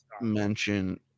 mention